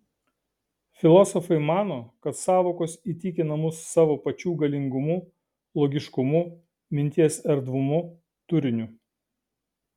filosofai mano kad sąvokos įtikina mus savo pačių galingumu logiškumu minties erdvumu turiniu